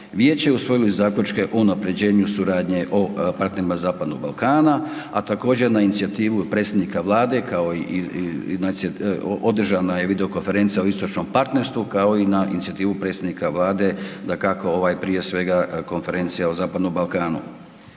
Vijeće je usvojilo i zaključke o unapređenju suradnje o partnerima Zapadnog Balkana, a također na inicijativu predsjednika Vlada kao i održana je video konferencija o istočnom partnerstvu kao i na inicijativu predsjednika Vlade dakako ovaj prije svega konferencija o Zapadnom Balkanu.